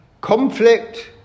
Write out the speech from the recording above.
conflict